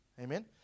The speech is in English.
Amen